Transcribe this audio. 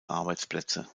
arbeitsplätze